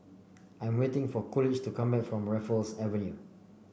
I am waiting for Coolidge to come back from Raffles Avenue